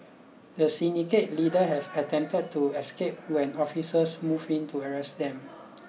the Syndicate leader have attempted to escape when officers moved in to arrest them